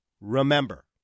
Remember